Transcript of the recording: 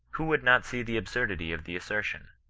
who would not see the absurdity of the assertion